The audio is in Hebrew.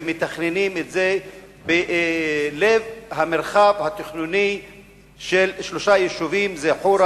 ומתכננים את זה בלב המרחב התכנוני של שלושה יישובים: חורה,